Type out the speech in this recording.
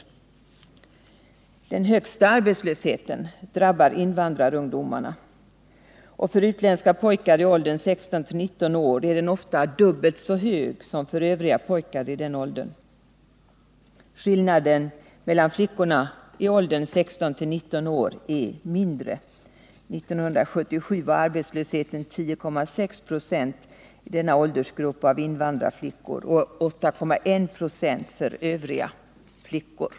Nr 31 Den högsta arbetslösheten drabbar invandrarungdomarna och är för utländska pojkar i åldern 16-19 år ofta dubbelt så hög som för övriga pojkar i den åldern. Skillnaden mellan flickorna i åldern 16-19 år är mindre. År 1977 var arbetslösheten 10,6 26 i denna åldersgrupp av invandrarflickor och 8,1 96 för övriga flickor.